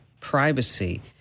privacy